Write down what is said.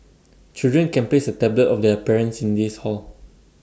children can place A tablet of their parents in this hall